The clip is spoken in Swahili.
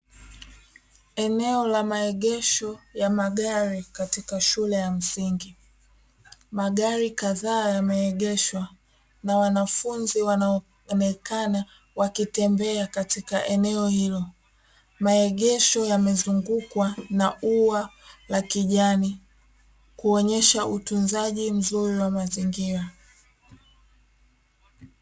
Eneo la maegesho ya magari katika shule ya msingi, magari kadhaa yamegeshwa na wanafunzi wanaonekana wakitembea katika eneo hilo, maegesho yamezungungukwa na ua la kijani kuonyesha utunzaji mzuri wa mazingira.